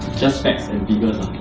just facts and